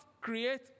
create